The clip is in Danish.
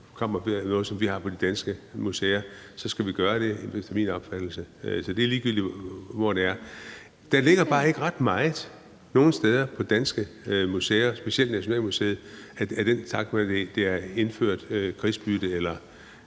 kom og bad om noget, som vi har på de danske museer, så skulle vi udlevere det, efter min opfattelse. Så det er ligegyldigt, hvor det er. Der ligger bare ikke ret meget nogen steder på danske museer, specielt ikke på Nationalmuseet, af den slags, hvad enten det er indført krigsbytte, eller